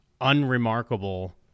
unremarkable